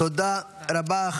תודה רבה.